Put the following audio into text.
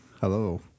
hello